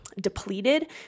depleted